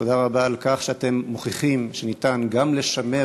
תודה רבה על כך שאתם מוכיחים שניתן גם לשמר